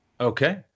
Okay